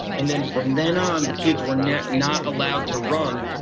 and then from then on the kids were not not allowed to run.